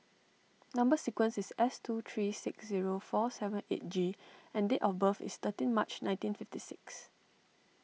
Number Sequence is S two three six zero four seven eight G and date of birth is thirteen March nineteen fifty six